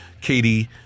Katie